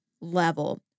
level